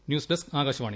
news desk Akashvani